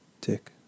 tick